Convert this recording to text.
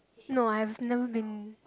no I have never been